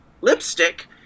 lipstick